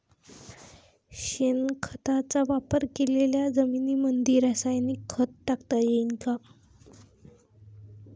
शेणखताचा वापर केलेल्या जमीनीमंदी रासायनिक खत टाकता येईन का?